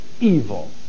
evil